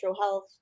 Health